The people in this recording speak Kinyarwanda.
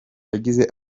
yagize